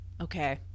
okay